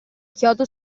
chiodo